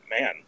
man